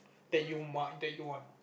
that you might that you want